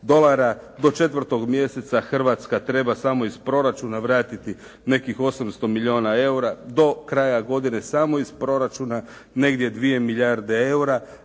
dolara, do 4. mjeseca Hrvatska treba samo iz proračuna vratiti nekih 800 milijuna eura, do kraja godine samo iz proračuna negdje 2 milijarde eura,